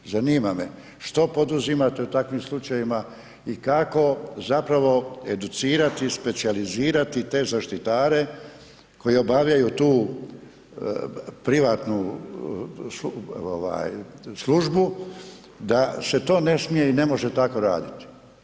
Zanima me što poduzimate u takvim slučajevima i kako zapravo educirati i specijalizirati te zaštitare koji obavljaju tu privatnu službu da se to ne smije i ne može tako raditi.